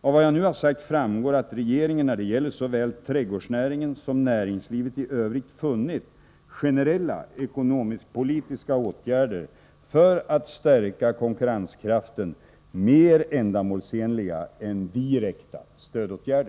Av vad jag nu har sagt framgår att regeringen när det gäller såväl trädgårdsnäringen som näringslivet i övrigt funnit generella ekonomiskpolitiska åtgärder för att stärka konkurrenskraften mer ändamålsenliga än direkta stödåtgärder.